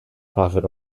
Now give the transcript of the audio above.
profit